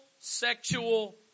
sexual